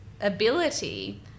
ability